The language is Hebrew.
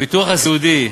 הביטוח הסיעודי,